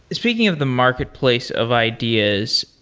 speaking of the marketplace of ideas,